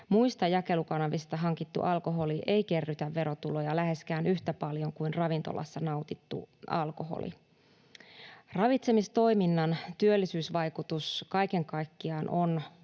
Muista jakelukanavista hankittu alkoholi ei kerrytä verotuloja läheskään yhtä paljon kuin ravintolassa nautittu alkoholi. Ravitsemistoiminnan työllisyysvaikutus kaiken kaikkiaan on